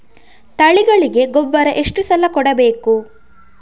ತಳಿಗಳಿಗೆ ಗೊಬ್ಬರ ಎಷ್ಟು ಸಲ ಕೊಡಬೇಕು?